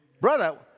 Brother